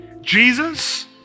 Jesus